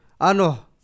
Ano